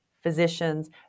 physicians